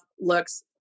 looks